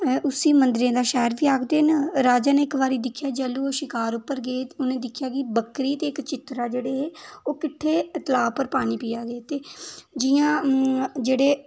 उसी मंदरें दा शैह्र बी आखदे न राजे ने इक बारी दिक्खेआ जैह्लू ओह् शकार उप्पर गे ते उ'नें दिक्खेआ बक्करी ते इक चित्तरा जेह्ड़े हे ओह् किट्ठे तलाऽ उप्पर पानी पियै दे ते जियां जेह्ड़े